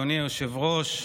אדוני היושב-ראש,